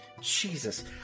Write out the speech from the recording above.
Jesus